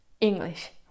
English